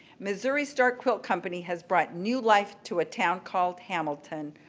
missouri star quilt company has brought new life to a town called hamilton.